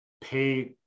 pay